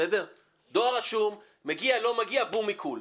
דואר רשום מגיע, לא מגיע, בום, עיקול.